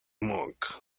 monk